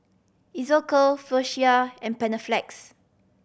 Isocal Floxia and Panaflex